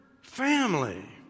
family